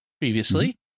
previously